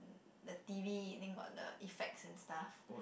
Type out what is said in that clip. the T_V then got the effects and stuff